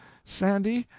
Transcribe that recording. sandy.